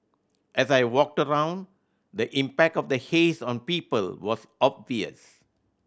as I walked around the impact of the haze on people was obvious